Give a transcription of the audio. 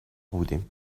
بودیم